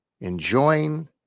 enjoying